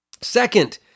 Second